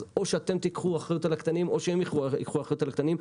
אז או שאתם תיקחו אחריות לקטנים או שהם ייקחו אחריות על הקטנים,